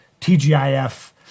TGIF